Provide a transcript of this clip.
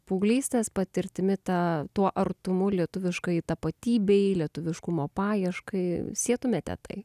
paauglystės patirtimi tą tuo artumu lietuviškajai tapatybei lietuviškumo paieškai sietumėte tai